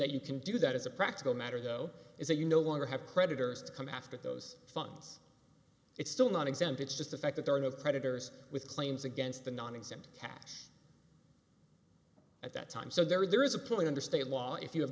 that you can do that is a practical matter though is that you no longer have creditors to come after those funds it's still not exempt it's just the fact that they aren't of creditors with claims against the nonexempt tax at that time so there is a point under state law if you have